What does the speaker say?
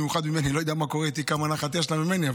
במיוחד ממני.